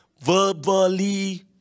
verbally